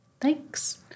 Thanks